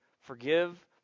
Forgive